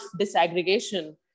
disaggregation